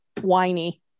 whiny